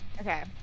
Okay